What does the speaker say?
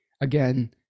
again